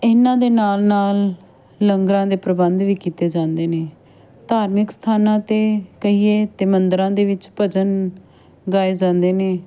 ਇਹਨਾਂ ਦੇ ਨਾਲ ਨਾਲ ਲੰਗਰਾਂ ਦੇ ਪ੍ਰਬੰਧ ਵੀ ਕੀਤੇ ਜਾਂਦੇ ਨੇ ਧਾਰਮਿਕ ਸਥਾਨਾਂ 'ਤੇ ਕਹੀਏ ਤਾਂ ਮੰਦਰਾਂ ਦੇ ਵਿੱਚ ਭਜਨ ਗਾਏ ਜਾਂਦੇ ਨੇ